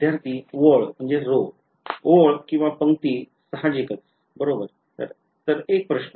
विद्यार्थी ओळ ओळ किंवा पंक्ती साहजिकच बरोबर तर एक प्रश्न